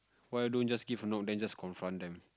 why don't just give a knock then just confront them